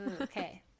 Okay